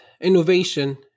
innovation